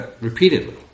repeatedly